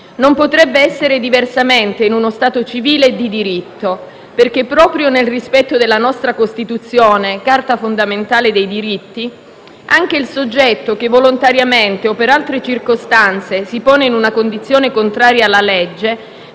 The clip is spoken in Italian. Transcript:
Non potrebbe essere diversamente in uno Stato civile e di diritto, perché proprio nel rispetto della nostra Costituzione, carta fondamentale dei diritti, anche il soggetto che volontariamente o per altre circostanze si pone in una condizione contraria alla legge